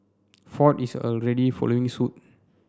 ford is already following suit